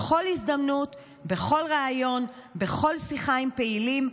בכל הזדמנות, בכל ריאיון, בכל שיחה עם פעילים,